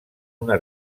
una